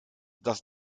dass